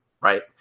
Right